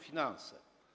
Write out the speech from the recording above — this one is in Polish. Finanse.